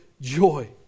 joy